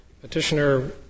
petitioner